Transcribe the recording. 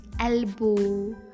elbow